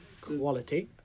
quality